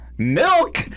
Milk